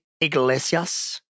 iglesias